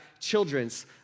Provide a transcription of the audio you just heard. children's